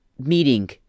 meeting